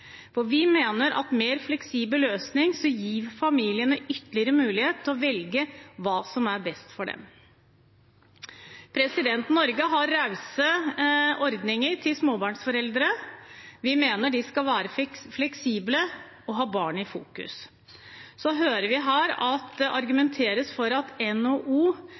vi mener at en mer fleksibel løsning gir familiene ytterligere mulighet til å velge hva som er best for dem. Norge har rause ordninger for småbarnsforeldre. Vi mener de skal være fleksible og ha barnet i fokus. Så hører vi her at det argumenteres med at